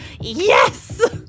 yes